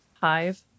Hive